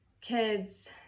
kids